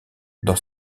dans